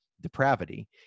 depravity